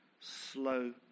Slow